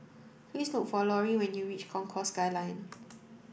please look for Lauri when you reach Concourse Skyline